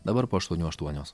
dabar po aštuonių aštuonios